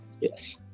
Yes